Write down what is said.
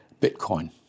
Bitcoin